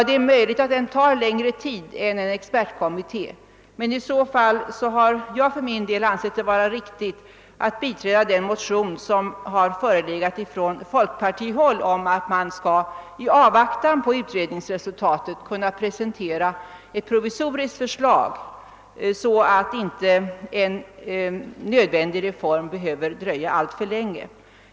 Det är möjligt att den tar längre tid än en utredning av en expertkommitté, men i så fall har jag för min del ansett det riktigt att biträda den motion som har väckts från folkpartihåll om att man i avvaktan på utredningsresultatet skall kunna presentera ett provisoriskt förslag, så att inte en nödvändig reform behöver dröja alltför länge.